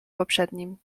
poprzednim